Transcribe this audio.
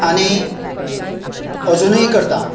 आनी अजुनय करतां